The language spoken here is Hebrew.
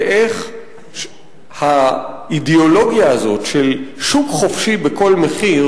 איך האידיאולוגיה הזאת של שוק חופשי בכל מחיר